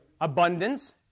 Abundance